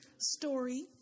Story